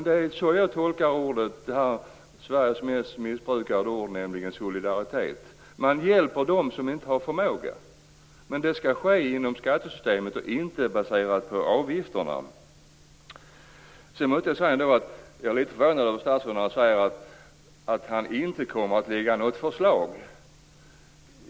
Det är så jag tolkar innebörden i Sveriges mest missbrukade ord, solidaritet. Man hjälper dem som inte har förmåga. Men det skall ske inom skattesystemet och inte genom avgifterna. Jag är lite förvånad över att statsrådet säger att han inte kommer att lägga fram något förslag.